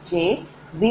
2712X1